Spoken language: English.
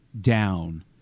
down